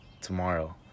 tomorrow